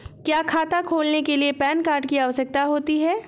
क्या खाता खोलने के लिए पैन कार्ड की आवश्यकता होती है?